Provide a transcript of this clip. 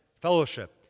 fellowship